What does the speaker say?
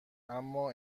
اما